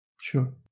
Sure